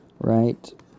right